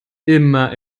immer